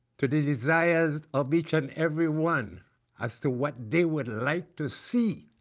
to the desires of each and everyone as to what they would like to see